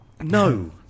no